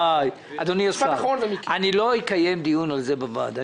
אדוני השר, אני לא אקיים דיון על זה בוועדה.